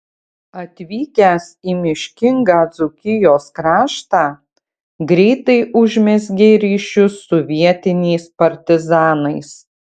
atvykęs į miškingą dzūkijos kraštą greitai užmezgė ryšius su vietiniais partizanais